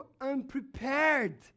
unprepared